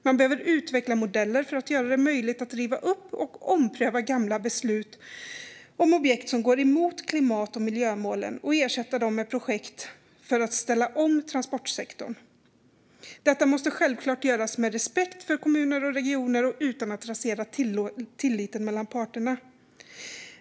Man behöver utveckla modeller för att göra det möjligt att riva upp och ompröva gamla beslut om objekt som går emot klimat och miljömålen och ersätta dem med projekt för att ställa om transportsektorn. Detta måste självklart göras med respekt för kommuner och regioner och utan att rasera tilliten mellan parterna.